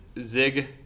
Zig